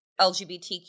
LGBTQ